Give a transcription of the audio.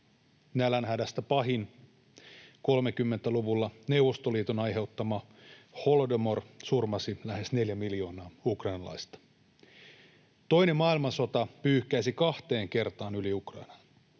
Nälänhädistä pahin, 1930-luvulla Neuvostoliiton aiheuttama holodomor, surmasi lähes neljä miljoonaa ukrainalaista. Toinen maailmansota pyyhkäisi kahteen kertaan yli Ukrainan.